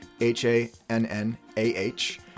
H-A-N-N-A-H